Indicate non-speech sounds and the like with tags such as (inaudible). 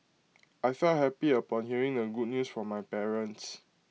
(noise) I felt happy upon hearing the good news from my parents